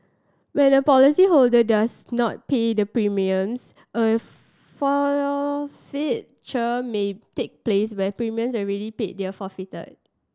when a policyholder does not pay the premiums a forfeiture may take place where premiums already paid forfeited